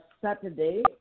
Saturday